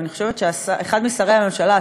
אבל אני חושבת שאחד משרי הממשלה,